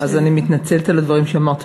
אז אני מתנצלת על הדברים שאמרתי.